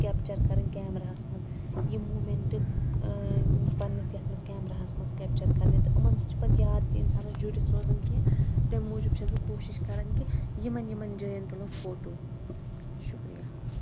capture کَرٕنۍ کیمراہَس منٛز یہِ موٗمینٛٹ پنٛنِس یَتھ منٛز کیمراہَس مںٛز کیپچَر کَرنہِ تہٕ یِمَن سۭتۍ چھِ پَتہٕ یاد تہِ اِنسانَس جُرِتھ روزان کینٛہہ تیٚمہِ موٗجوٗب چھٮ۪س بہٕ کوٗشِش کَران کہِ یِمَن یِمَن جایَن تُلو فوٹوٗ شُکریہ